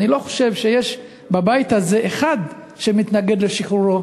אני לא חושב שיש בבית הזה אחד שמתנגד לשחרורו